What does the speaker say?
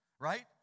right